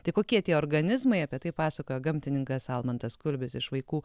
tai kokie tie organizmai apie tai pasakojo gamtininkas almantas kulbis iš vaikų